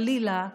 חלילה,